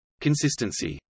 Consistency